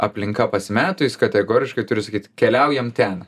aplinka pasimetus jis kategoriškai turi sakyt keliaujam ten